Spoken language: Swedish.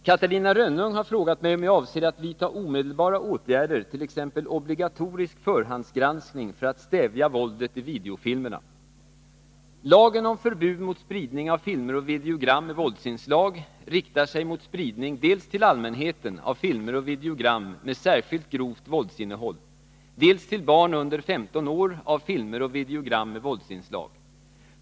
Herr talman! Catarina Rönnung har frågat mig om jag avser att vidta omedelbara åtgärder, t.ex. obligatorisk förhandsgranskning, för att stävja våldet i videofilmerna. videogram med särskilt grovt våldsinnehåll, dels till barn under 15 år av filmer och videogram med våldsinslag.